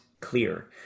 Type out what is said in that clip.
clear